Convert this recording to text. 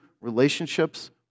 relationships